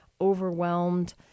overwhelmed